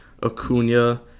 acuna